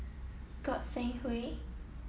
Goi Seng Hui